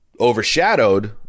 overshadowed